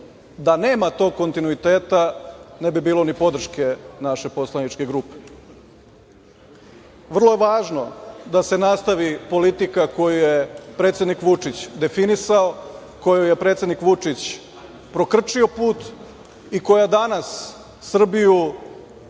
da nema tog kontinuiteta ne bi bilo ni podrške naše poslaničke grupe. Vrlo je važno da se nastavi politika koju je predsednik Vučić definisao, kojom je predsednik Vučić prokrčio put i koja danas Srbiju